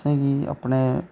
तुसें गी अपने